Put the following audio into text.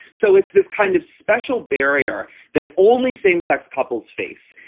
so it's this kind of special barrier that only same sex couples face.